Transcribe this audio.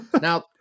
Now